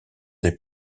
des